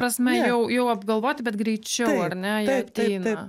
prasme jau jau apgalvoti bet greičiau ar ne jie ateina